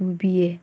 ꯎꯕꯤꯌꯦ